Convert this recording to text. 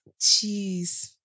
Jeez